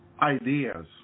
ideas